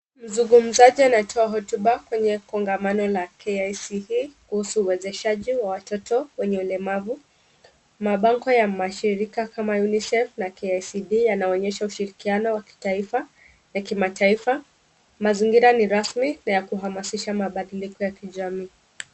Mzungumzaji anatoa hotuba kwenye kongamano la KISE kuhusu uwezeshaji wa watoto wenye ulemavu, mabango ya mashirika kama UNICEF na KICD yanaonyesha ushirikiano wa kitaifa, ya kimataifa, mazingira ni rasmi na ya kuhamasisha mabadiliko ya kijamii.